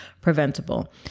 preventable